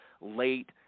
late